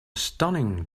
stunning